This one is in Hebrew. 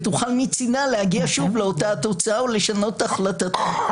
ותוכל מצידה להגיע שוב לאותה התוצאה או לשנות את החלטתה.